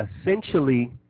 essentially